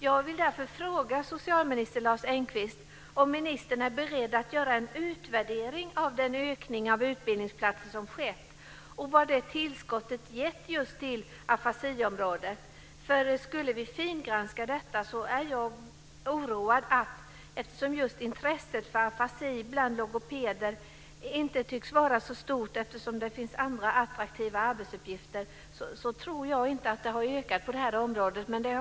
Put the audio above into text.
Jag vill därför fråga socialminister Lars Engqvist om han är beredd att göra en utvärdering av den ökning av antalet utbildningsplatser som skett och vad det tillskottet gett just på afasiområdet. Om vi fingranskar detta är jag orolig för att vi ser att det inte har blivit något tillskott vad gäller afasiområdet, eftersom intresset för afasi bland logopeder inte tycks vara så stort. Det finns andra attraktiva arbetsuppgifter.